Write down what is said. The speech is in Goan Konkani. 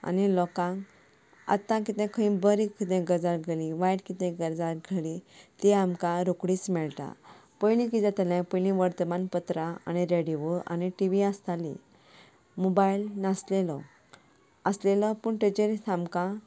आनी लोकांक आतां किदेंय खंयी बरें किदेंय गजाल जाली वायट किदेंय गजाल जाली जाल्यार ती आमकां रोकडीच मेळटा पयलीं कितें जातालें पयलीं वर्तमानपत्रां आनी रेडिओ आनी टिवी आसताली मोबायल नासलेलो आसलेलो पूण ताजेर आमकां